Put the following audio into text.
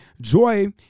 joy